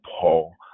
Paul